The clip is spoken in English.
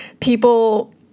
people